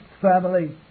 family